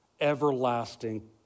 everlasting